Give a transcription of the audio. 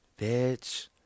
bitch